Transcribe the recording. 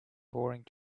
boring